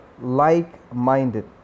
like-minded